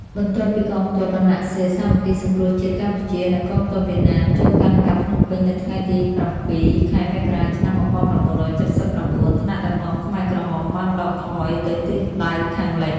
បន្ទាប់ពីកងទ័ពរណសិរ្សសាមគ្គីសង្គ្រោះជាតិកម្ពុជា និងកងទ័ពវៀតណាមចូលកាន់កាប់ភ្នំពេញនៅថ្ងៃទី៧ ខែមករា ឆ្នាំ១៩៧៩ ថ្នាក់ដឹកនាំខ្មែរក្រហមបានដកថយទៅទិសដៅខាងលិច។